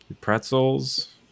pretzels